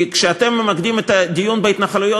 כי כשאתם ממקדים את הדיון בהתנחלויות,